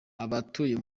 abatuye